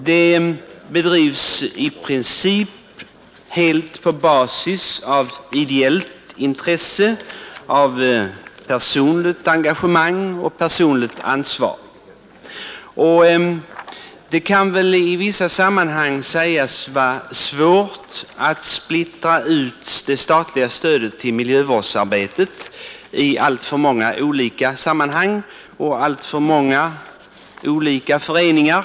Deras arbete bedrivs i princip helt på basis av ideellt intresse, personligt engagemang och personligt ansvar. Det kan i vissa fall vara svårt att splittra det statliga stödet till miljövårdsarbetet på alltför många håll och alltför många olika föreningar.